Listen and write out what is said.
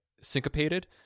syncopated